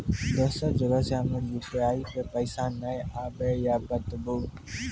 दोसर जगह से हमर यु.पी.आई पे पैसा नैय आबे या बताबू?